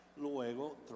luego